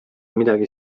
midagi